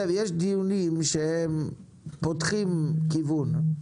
זיו, יש דיונים שפותחים כיוון.